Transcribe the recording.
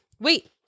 Wait